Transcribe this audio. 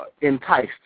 enticed